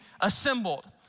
assembled